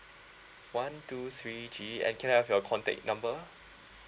one two three G and can I have your contact number